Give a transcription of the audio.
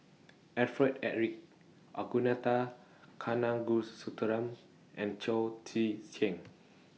Alfred Eric Ragunathar Kanagasuntheram and Chao Tzee Cheng